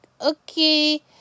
okay